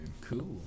Cool